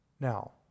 Now